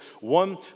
One